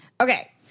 Okay